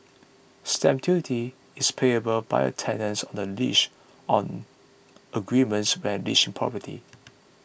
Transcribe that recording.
stamp duty is payable by a tenant on the lease on agreement when leasing property